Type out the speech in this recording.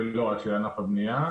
ולא רק של ענף הבנייה.